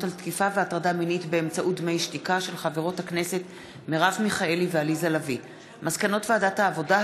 על תקיפה והטרדה מינית באמצעות "דמי שתיקה"; מסקנות ועדת העבודה,